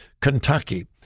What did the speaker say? Kentucky